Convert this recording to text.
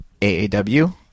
AAW